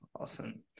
Awesome